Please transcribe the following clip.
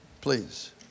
please